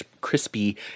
crispy